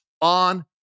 on